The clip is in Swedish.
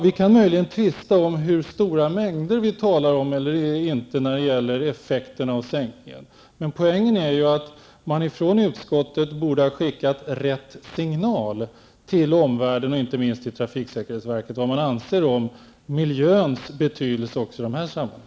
Vi kan möjligen tvista om hur stora mängder vi talar om när det gäller effekterna av sänkningen, men poängen är ju att man från utskottets sida borde ha skickat rätt signal till omvärlden, inte minst till trafiksäkerhetsverket, om vad man anser om miljöns betydelse också i de här sammanhangen.